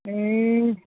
ए